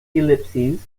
ellipses